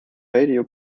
radio